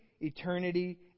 eternity